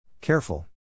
Careful